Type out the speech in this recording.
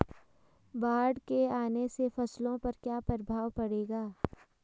बाढ़ के आने से फसलों पर क्या प्रभाव पड़ेगा?